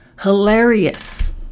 Hilarious